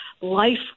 life